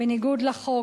בניגוד לחוק,